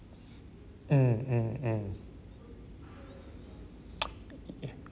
mm mm mm yes